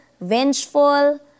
vengeful